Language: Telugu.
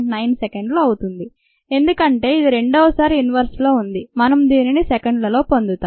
9 సెకండ్లు అవుతుంది ఎందుకంటే ఇది రెండవ సారి "ఇన్వర్స్ లో" ఉంది మనము దీనిని సెకండ్లలో పొందుతాం